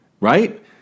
right